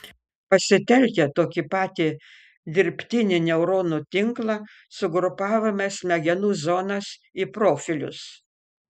pasitelkę tokį patį dirbtinį neuronų tinklą sugrupavome smegenų zonas į profilius